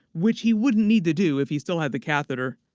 which he wouldn't need to do if he still had the catheter.